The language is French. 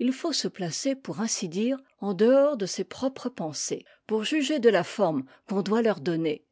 il faut se placer pour ainsi dire en dehors de ses propres pensées pour juger de la forme qu'on doit leur donner